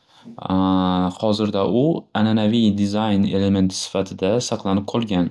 xozirda u ananaviy dizayn elementi sifatida saqlanib qolgan.